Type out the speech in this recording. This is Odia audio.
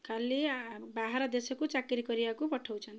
ଖାଲି ବାହାର ଦେଶକୁ ଚାକିରି କରିବାକୁ ପଠାଉଛନ୍ତି